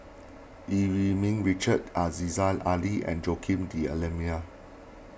Yee Eu Ming Richard Aziza Ali and Joaquim D'Almeida